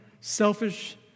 selfish